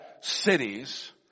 cities